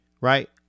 Right